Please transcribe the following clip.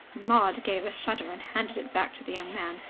maud gave a shudder and handed it back to the young man,